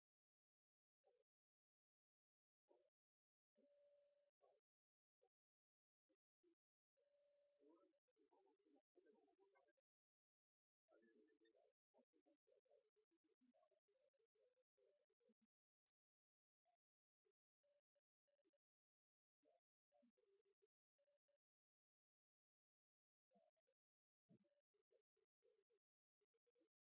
da er det viktig at